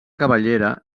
cabellera